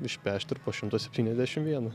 išpešt ir po šimtą septyniasdešim vieną